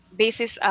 basis